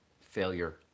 failure